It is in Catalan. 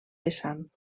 vessant